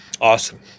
Awesome